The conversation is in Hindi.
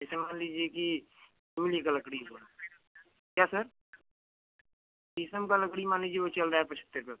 जैसे मान लीजिए कि इमली का लकड़ी हुआ क्या सर शीशम का लकड़ी मान लीजिए वो चल रहा है पचहत्तर रुपये फूट